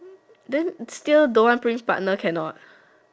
then still don't want bring partner cannot